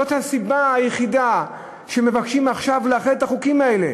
זאת הסיבה היחידה לכך שמבקשים עכשיו לאחד את החוקים האלה.